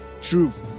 truth